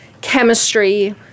Chemistry